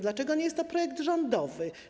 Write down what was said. Dlaczego nie jest to projekt rządowy?